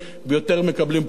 ויותר מקבלים פחות.